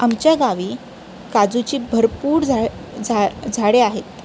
आमच्या गावी काजूची भरपूर झा झा झाडे आहेत